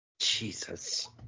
Jesus